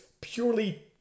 purely